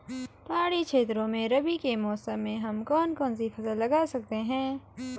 पहाड़ी क्षेत्रों में रबी के मौसम में हम कौन कौन सी फसल लगा सकते हैं?